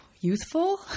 youthful